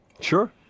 Sure